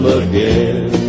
again